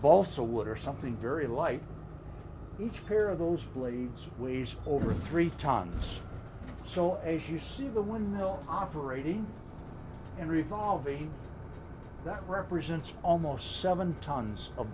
balsawood or something very like each pair of those blades ways over three times so as you see the windmill operating and revolving that represents almost seven tons of